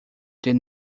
did